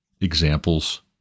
examples